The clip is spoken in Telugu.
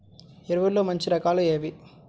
ఎరువుల్లో మంచి రకాలు ఏవి?